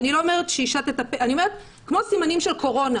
אני אומרת, כמו סימנים של קורונה.